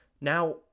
Now